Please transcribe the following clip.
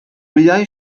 wyau